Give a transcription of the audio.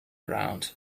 around